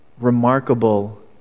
remarkable